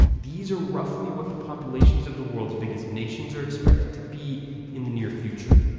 these are roughly what the populations of the world's biggest nations are expected to be in the near-future.